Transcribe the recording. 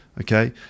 Okay